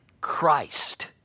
Christ